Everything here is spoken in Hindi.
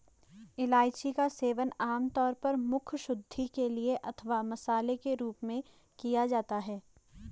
इलायची का सेवन आमतौर पर मुखशुद्धि के लिए अथवा मसाले के रूप में किया जाता है